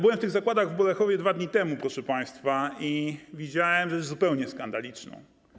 Byłem w zakładach w Bolechowie 2 dni temu, proszę państwa, i widziałem rzecz zupełnie skandaliczną.